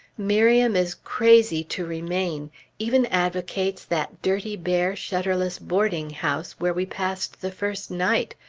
miriam is crazy to remain even advocates that dirty, bare, shutterless boarding-house where we passed the first night,